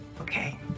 Okay